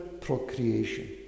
procreation